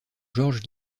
george